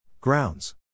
grounds